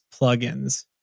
plugins